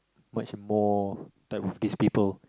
much more type of this people